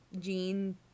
jean